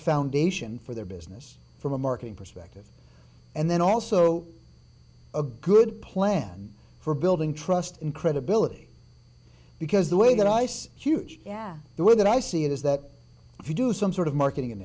foundation for their business from a marketing perspective and then also a good plan for building trust and credibility because the way that ice huge the way that i see it is that if you do some sort of marketing